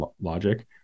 logic